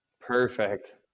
Perfect